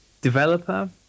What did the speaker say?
developer